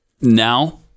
now